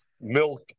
milk